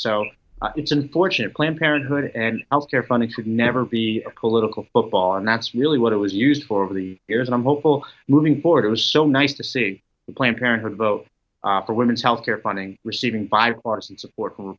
so it's unfortunate planned parenthood and health care funding should never be a colliton football and that's really what it was used for over the years i'm hopeful moving forward it was so nice to see the planned parenthood vote for women's health care funding receiving bipartisan support from